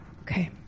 Okay